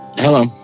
hello